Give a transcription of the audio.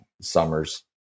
summers